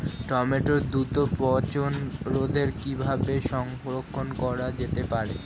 টমেটোর দ্রুত পচনরোধে কিভাবে সংরক্ষণ করা যেতে পারে?